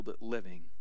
living